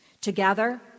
Together